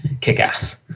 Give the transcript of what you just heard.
kick-ass